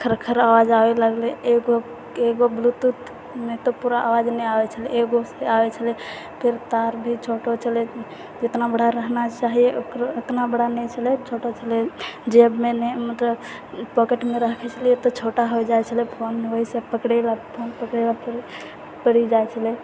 खर्र खर्र आवाज आबै लगलै एगो एगो ब्लू टूथमे तऽ पूरा आवाज नहि आबै छलै एगोसँ आबै छलै फेर तार भी छोटऽ छलै जतना बड़ा रहना चाही ओकरो ओतना बड़ा नहि छलै छोटऽ छलै जे जेबमे नै मतलब पॉकेटमे राखै छलिए तऽ छोटऽ हो जाइ छलै फोन ओहिसे पकड़ैमे फोन पकड़ैके बाद फेर पड़ि जाइ छलै